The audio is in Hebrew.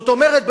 זאת אומרת,